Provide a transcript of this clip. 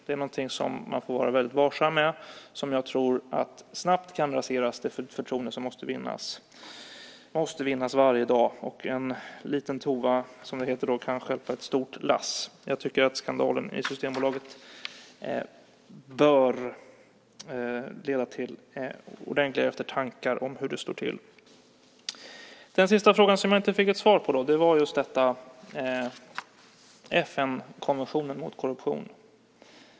Det är någonting som man får vara väldigt varsam med. Och jag tror att det förtroende som måste vinnas varje dag snabbt kan raseras. En liten tuva kan stjälpa ett stort lass, som det heter. Jag tycker att skandalen i Systembolaget bör leda till ordentlig eftertanke om hur det står till. Den sista frågan som jag inte fick svar på gällde FN:s konvention mot korruption.